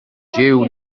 jiw